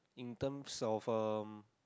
in terms of um